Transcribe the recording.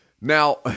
Now